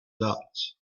dots